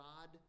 God